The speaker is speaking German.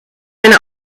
eine